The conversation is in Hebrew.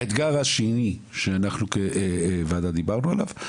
האתגר השני שאנחנו כוועדה דיברנו עליו,